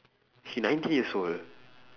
he nineteen years old